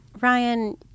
ryan